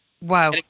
wow